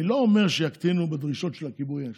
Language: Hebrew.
אני לא אומר שיקטינו בדרישות של הכיבוי אש,